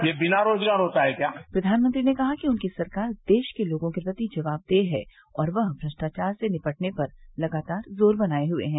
ये बिना रोजगार होता है क्या प्रधानमंत्री ने कहा कि उनकी सरकार देश के लोगों के प्रति जवाबदेह है और वह भ्रष्टाचार से निपटने पर लगातार जोर बनाए हुए है